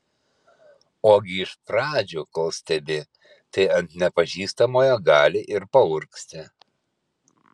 ogi iš pradžių kol stebi tai ant nepažįstamojo gali ir paurgzti